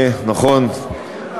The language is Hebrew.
נכון,